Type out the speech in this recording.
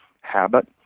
habit